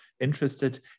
interested